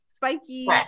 spiky